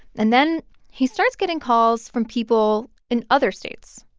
and then he starts getting calls from people in other states,